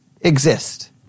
exist